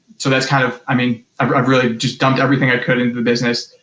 so that's kind of, i mean i've i've really just dumped everything i could into the business.